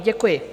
Děkuji.